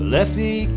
Lefty